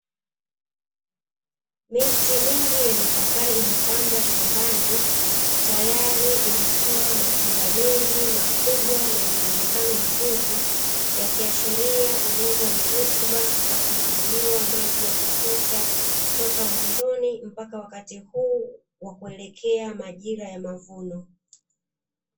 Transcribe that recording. Miti mingi ya mapapai imepandwa shambani, tayari imetoa matunda mengi makubwa na yenye muonekano mzuri, yakiashiria udongo wenye rutuba na kumwagiliwa maji ya kutosha toka mwanzoni mpaka wakati huu wa kuelekea majira ya mavuno.